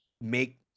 make